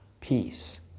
peace